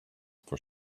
for